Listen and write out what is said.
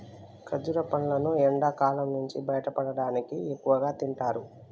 ఖర్జుర పండ్లును ఎండకాలం నుంచి బయటపడటానికి ఎక్కువగా తింటారు